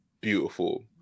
beautiful